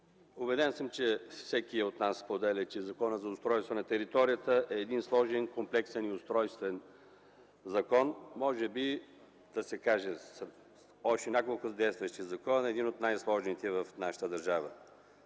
Убеден съм, че всеки един от Вас споделя, че Законът за устройство на територията е един сложен, комплексен устройствен закон. Може да се каже, че заедно с още няколко други устройствени закона е един от най-сложните в нашата държава.